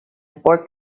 pork